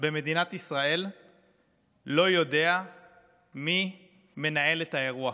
במדינת ישראל לא יודע מי מנהל את האירוע.